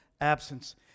absence